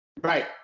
Right